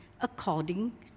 according